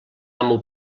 amo